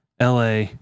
la